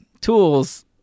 tools